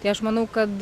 tai aš manau kad